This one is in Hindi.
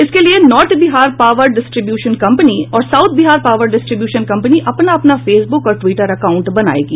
इसके लिये north Bihar power distribution company और south Bihar power distribution company अपना अपना फेसबुक और ट्वीटर अकाउंट बनायेंगी